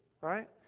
right